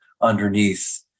underneath